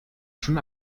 schon